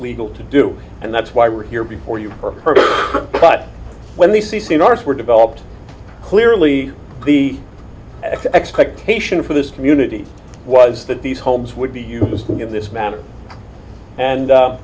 legal to do and that's why we're here before you but when the c c and r s were developed clearly the expectation for this community was that these homes would be useless in this manner and